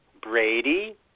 Brady